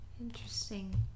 Interesting